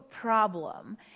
problem